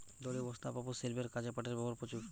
দড়ি, বস্তা, পাপোষ, শিল্পের কাজে পাটের ব্যবহার প্রচুর